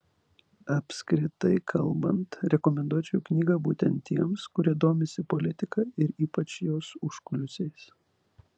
apskritai kalbant rekomenduočiau knygą būtent tiems kurie domisi politika ir ypač jos užkulisiais